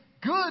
good